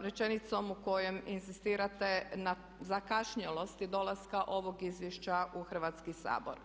rečenicom u kojoj inzistirate na zakašnjelosti dolaska ovog izvješća u Hrvatski sabor.